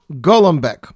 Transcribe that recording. Golombek